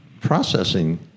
processing